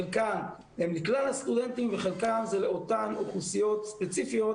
חלקן הן לכלל הסטודנטים וחלקן זה לאותן אוכלוסיות ספציפיות